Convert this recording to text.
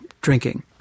drinking